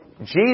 Jesus